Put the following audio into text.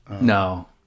No